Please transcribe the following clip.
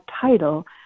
title